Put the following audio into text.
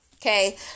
okay